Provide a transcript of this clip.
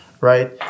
right